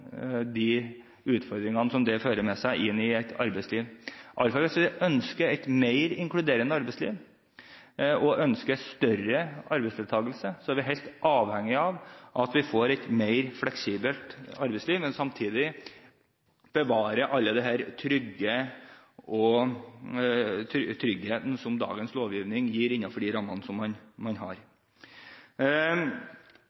de utfordringene som det fører med seg inn i et arbeidsliv. Hvis vi ønsker et mer inkluderende arbeidsliv og større arbeidsdeltakelse, er vi helt avhengig av at vi får et mer fleksibelt arbeidsliv, men samtidig bevarer tryggheten som dagens lovgivning gir innenfor de rammene som man har.